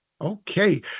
okay